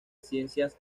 ciencias